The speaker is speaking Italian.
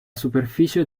superficie